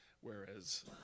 whereas